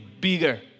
bigger